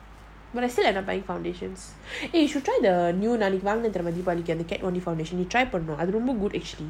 but I still end up buying foundations eh you should try the new நான்அன்னைக்குவாங்குனேன்தெரியுமாதீபாவளிக்குநீ:nan annaiku vangunen theriuma try பண்ணனும்:pannanum I don't know good actually